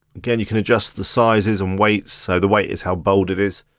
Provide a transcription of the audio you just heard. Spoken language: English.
again, you can adjust the sizes and weights. so the weight is how bold it is.